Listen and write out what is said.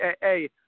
Hey